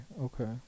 okay